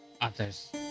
others